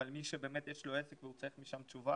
אבל מי שבאמת יש לו עסק והוא צריך עכשיו תשובה,